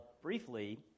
briefly